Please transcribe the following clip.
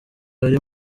hari